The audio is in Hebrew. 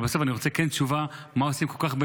אבל בסוף אני רוצה תשובה מה עושים עם כל כך הרבה